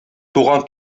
туган